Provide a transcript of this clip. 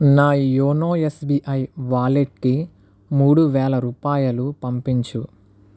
నా YONO SBI wallet కి మూడు వేల రూపాయలు పంపించు